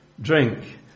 drink